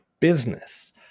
business